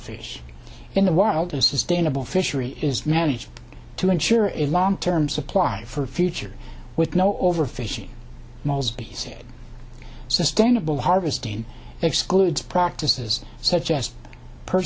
fish in the wild a sustainable fishery is managed to ensure its long term supply for future with no overfishing mauls he said sustainable harvesting excludes practices such as per